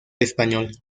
español